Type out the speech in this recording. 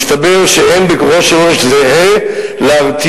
מסתבר שאין בכוחו של עונש זהה להרתיע,